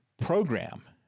program